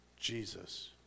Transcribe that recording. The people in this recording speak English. Jesus